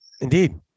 Indeed